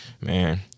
man